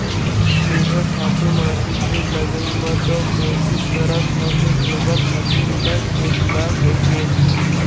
मेंहा खातू माटी के लगई म तो कोसिस करथव के गोबर खातू मिलय खेत ल कहिके